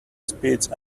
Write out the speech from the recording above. speeds